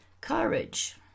Courage